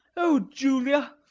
o julia!